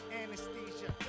anesthesia